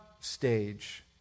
stage